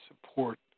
support